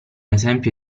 esempio